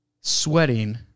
sweating